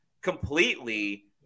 completely